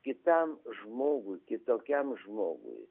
kitam žmogui kitokiam žmogui